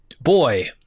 boy